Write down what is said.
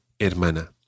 hermana